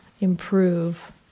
improve